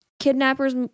kidnappers